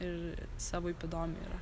ir savaip įdomi yra